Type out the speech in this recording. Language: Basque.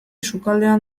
sukaldean